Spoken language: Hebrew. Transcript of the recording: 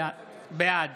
בעד